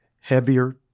heavier